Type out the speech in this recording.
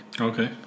Okay